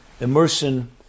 immersion